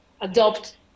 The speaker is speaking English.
adopt